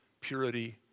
purity